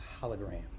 hologram